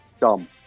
Dumb